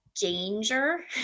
Danger